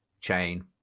chain